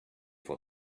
for